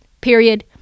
period